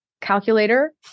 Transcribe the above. calculator